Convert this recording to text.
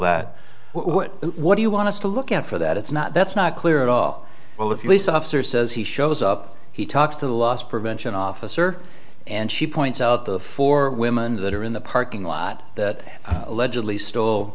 that what do you want to look out for that it's not that's not clear at all well the police officer says he shows up he talks to the loss prevention officer and she points out the four women that are in the parking lot that allegedly stole